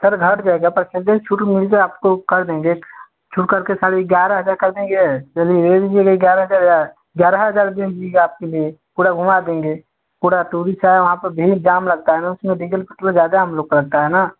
sir घट जाएगा percent से छूट मिल जाए आपको कर देंगे छूट करके साढ़े ग्यारह हज़ार कर देंगे चलिए ले लीजिएगा ग्यारह हज़ार ग्यारह हज़ार रुपये में मिल जाएगा आपके लिए पूरा घूमा देंगे पूरे टुरिस्ट है वहाँ पर भीड़ जाम लगता है ना उसमें डीजल पेट्रोल ज़्यादा हम लोग को पड़ता है ना